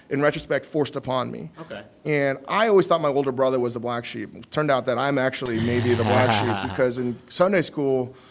in retrospect, forced upon me ok and i always thought my older brother was the black sheep. it turned out that i'm actually, maybe the black sheep because in sunday school,